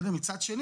מצד שני,